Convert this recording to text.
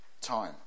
time